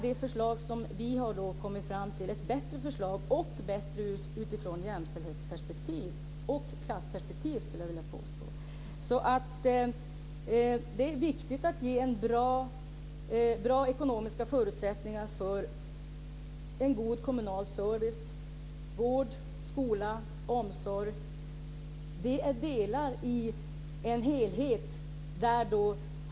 Det förslag som vi har kommit fram till är därför ett bättre förslag, och det är bättre utifrån ett jämställdhetsperspektiv och ett klassperspektiv, skulle jag vilja påstå. Det är viktigt att ge bra ekonomiska förutsättningar för en god kommunal service, vård, skola och omsorg. Det är delar i en helhet.